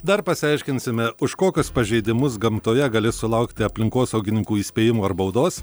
dar pasiaiškinsime už kokius pažeidimus gamtoje gali sulaukti aplinkosaugininkų įspėjimų ar baudos